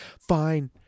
fine